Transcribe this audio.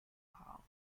hall